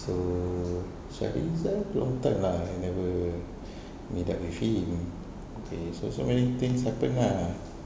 so sharizal long time lah I never meet up with him okay so so many things happened lah